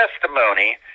testimony